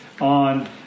on